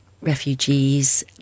refugees